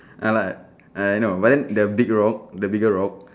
I like I know but then the big rock the bigger rock